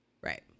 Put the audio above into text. right